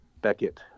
Beckett